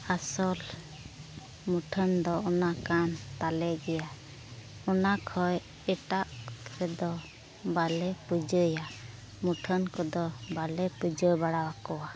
ᱟᱥᱚᱞ ᱢᱩᱴᱷᱟᱹᱱ ᱫᱚ ᱚᱱᱟ ᱠᱟᱱ ᱛᱟᱞᱮ ᱜᱮᱭᱟ ᱚᱱᱟ ᱠᱷᱚᱱ ᱮᱴᱟᱜ ᱨᱮᱫᱚ ᱵᱟᱞᱮ ᱯᱩᱡᱟᱹᱭᱟ ᱢᱩᱴᱷᱟᱹᱱ ᱠᱚᱫᱚ ᱵᱟᱞᱮ ᱯᱩᱡᱟᱹ ᱵᱟᱲᱟ ᱟᱠᱚᱣᱟ